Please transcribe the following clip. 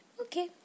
Okay